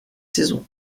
saison